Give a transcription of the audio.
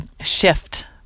shift